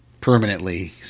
permanently